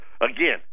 again